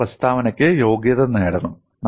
നമ്മൾ പ്രസ്താവനയ്ക്ക് യോഗ്യത നേടണം